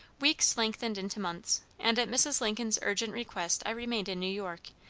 weeks lengthened into months, and at mrs. lincoln's urgent request i remained in new york,